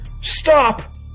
Stop